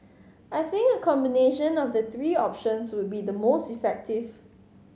I think a combination of the three options would be the most effective